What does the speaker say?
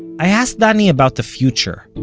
i asked danny about the future.